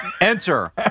Enter